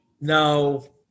No